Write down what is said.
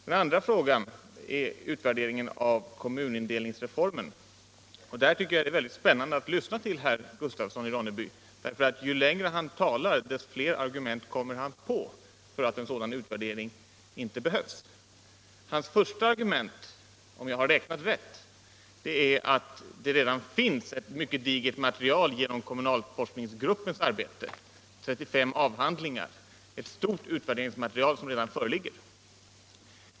Den andra frågan gäller utvärdering av kommunindelningsreformen. Där tycker jag att det är väldigt spännande att lyssna till herr Gustafsson i Ronneby, för ju längre han talar, desto fler argument kommer han på för att en sådan utvärdering inte behövs. Hans första argument är att det redan finns ett mycket digert utredningsmaterial genom kommunalforskningsgruppens arbete, som har redovisats i 36 avhandlingar.